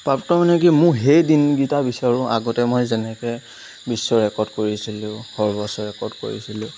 প্ৰাপ্ত মানে কি মোৰ সেই দিনকেইটা বিচাৰোঁ আগতে মই যেনেকৈ বিশ্ব ৰেকৰ্ড কৰিছিলোঁ সৰ্বোচ্চ ৰেকৰ্ড কৰিছিলোঁ